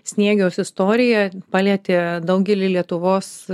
sniegiaus istorija palietė daugelį lietuvos